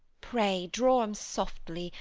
pray draw em softly,